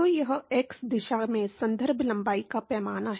तो यह x दिशा में संदर्भ लंबाई का पैमाना है